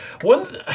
One